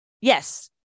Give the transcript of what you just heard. Yes